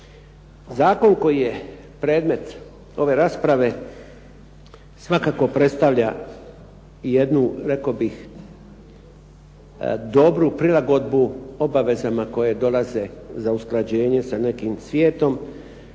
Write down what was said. Zakon koji je predmet ove rasprave svakako predstavlja jednu rekao bih dobru prilagodbu obavezama koje dolaze za usklađenje sa nekim svijetom.